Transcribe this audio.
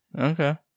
Okay